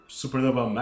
supernova